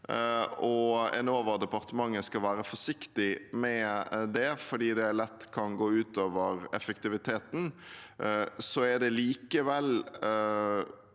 og Enova og departementet skal være forsiktig med det fordi det lett kan gå ut over effektiviteten, er det likevel